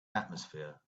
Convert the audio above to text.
atmosphere